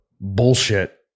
bullshit